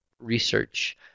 research